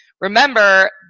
Remember